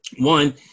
one